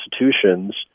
institutions